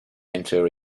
enter